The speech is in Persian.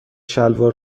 شلوار